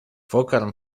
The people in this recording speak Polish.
pokarm